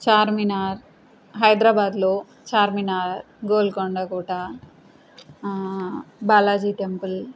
చార్మినార్ హైద్రాబాద్లో చార్మినార్ గోల్కొండ కోట బాలాజీ టెంపుల్